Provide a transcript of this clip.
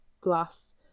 glass